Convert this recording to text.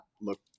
look